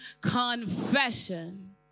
confession